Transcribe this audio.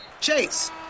Chase